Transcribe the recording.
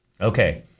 Okay